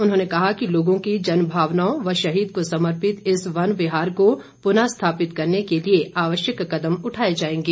उन्होंने कहा कि लोगों की जनभावनाओं व शहीद को समर्पित इस वन विहार को पुर्न स्थापित करने के लिए आवश्यक कदम उठाए जाएंगे